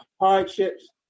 hardships